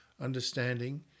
understanding